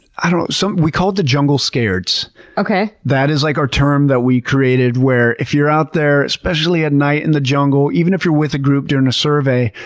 ah so we call it the jungle scareds that is like our term that we created where if you're out there, especially at night in the jungle, even if you're with a group during a survey,